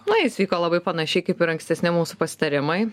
na jis vyko labai panašiai kaip ir ankstesni mūsų pasitarimai